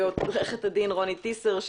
ועו"ד רוני טיסר,